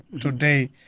today